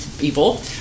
evil